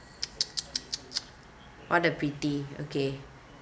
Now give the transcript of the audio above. what a pity okay